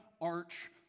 arch